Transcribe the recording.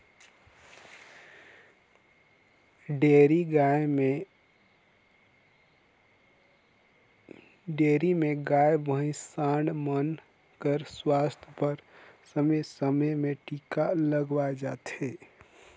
dairy में गाय, भइसी, सांड मन कर सुवास्थ बर समे समे में टीका लगवाए जाथे